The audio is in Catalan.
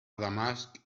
damasc